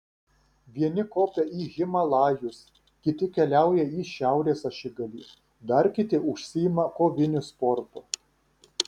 vieni kopia į himalajus kiti keliauja į šiaurės ašigalį dar kiti užsiima koviniu sportu